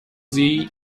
sie